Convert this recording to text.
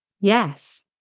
Yes